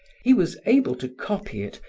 he was able to copy it,